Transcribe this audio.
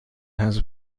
has